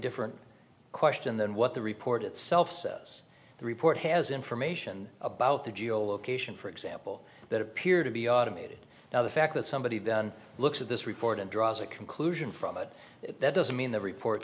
different question than what the report itself says the report has information about the geo location for example that appear to be automated now the fact that somebody then looks at this report and draws a conclusion from but that doesn't mean the report